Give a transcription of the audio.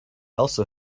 also